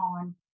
on